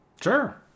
sure